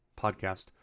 podcast